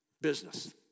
business